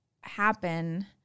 happen